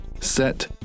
set